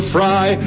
Fry